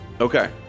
Okay